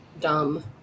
dumb